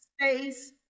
space